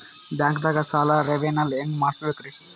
ಬ್ಯಾಂಕ್ದಾಗ ಸಾಲ ರೇನೆವಲ್ ಹೆಂಗ್ ಮಾಡ್ಸಬೇಕರಿ?